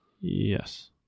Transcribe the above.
Yes